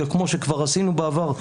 כמו שכבר עשינו בעבר,